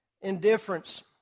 Indifference